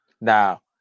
Now